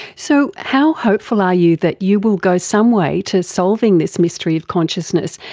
so how hopeful are you that you will go some way to solving this mystery of consciousness,